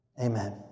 Amen